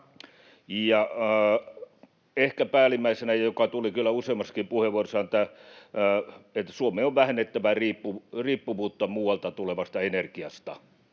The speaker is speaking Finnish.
Ehkä päällimmäisenä, joka tuli kyllä useammassakin puheenvuorossa, on tämä, että Suomen on vähennettävä riippuvuutta muualta tulevasta energiasta,